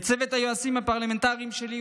ולצוות היועצים הפרלמנטריים שלי,